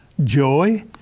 Joy